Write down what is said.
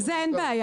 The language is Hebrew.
עם זה אין בעיה.